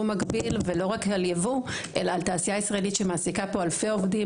מגביל ולא רק על ייבוא אלא על תעשייה ישראלית שמעסיקה פה אלפי עובדים,